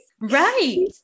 Right